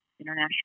International